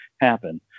happen